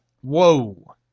whoa